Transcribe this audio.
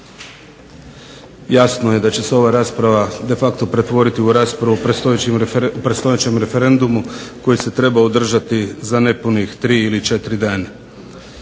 Jasno je da će se ova rasprava pretvoriti de facto u raspravu predstojećem referendumu koji se treba održati za nepunih tri ili četiri dana.